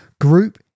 Group